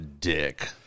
dick